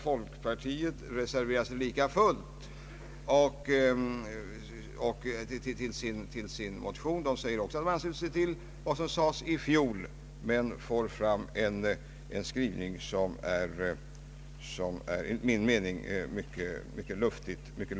Folkpartiets representanter har lika fullt reserverat sig till förmån för sin motion. De säger också att de ansluter sig till vad riksdagen beslöt i fjol men att de vill göra en skrivning som enligt min mening är mycket allmänt hållen.